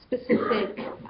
Specific